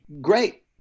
great